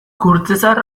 kurtzezar